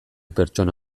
pertsona